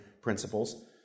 principles